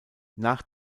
nach